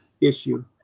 issue